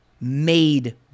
made